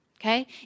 Okay